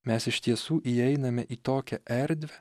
mes iš tiesų įeiname į tokią erdvę